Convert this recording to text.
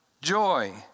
joy